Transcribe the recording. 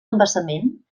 embassament